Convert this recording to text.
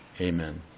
amen